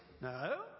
No